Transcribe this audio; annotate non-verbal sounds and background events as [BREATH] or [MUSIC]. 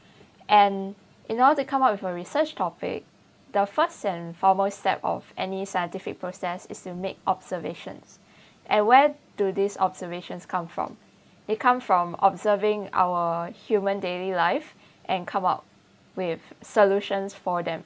and in order to come up with a research topic the first and foremost step of any scientific process is to make observations [BREATH] and where do these observations come from it come from observing our human daily life and come up with solutions for them